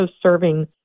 serving